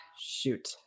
Shoot